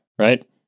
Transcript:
right